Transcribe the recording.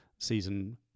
season